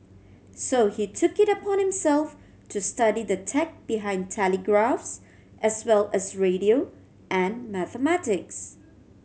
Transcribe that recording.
so he took it upon himself to study the tech behind telegraphs as well as radio and mathematics